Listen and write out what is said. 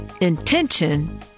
intention